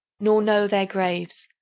nor know their graves,